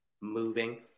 Moving